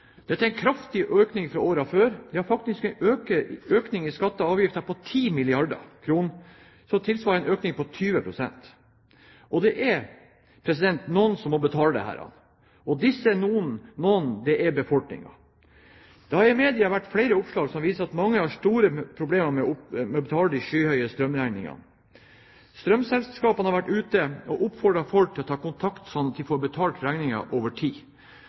Dette er en kraftig økning fra årene før – ja, faktisk en økning i skatter og avgifter på 10 milliarder kr, som tilsvarer en økning på 20 pst. Det er noen som må betale dette. Disse «noen» er befolkningen. Det har i media vært flere oppslag som viser at mange har store problemer med å betale de skyhøye strømregningene. Strømselskapene har vært ute og oppfordret folk til å ta kontakt, sånn at de får betalt regningen over tid.